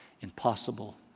impossible